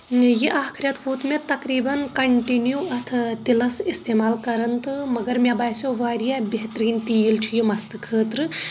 مےٚ یہِ اکھ رٮ۪تھ ووت مےٚ تقریباً کنٹِنیو اتھ تِلس استعمال کران تہٕ مگر مےٚ باسیو واریاہ بہترین تیٖل چھُ یہِ مستہٕ خٲطرٕ